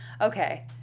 okay